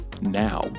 now